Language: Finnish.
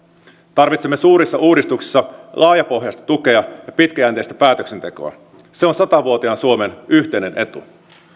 tarvitsemme suurissa uudistuksissa laajapohjaista tukea ja pitkäjänteistä päätöksentekoa se on satavuotiaan suomen yhteinen etu